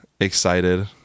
excited